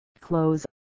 Close